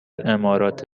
امارات